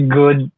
good